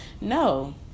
no